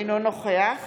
אינו נוכח